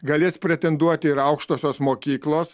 galės pretenduoti ir aukštosios mokyklos